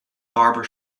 barber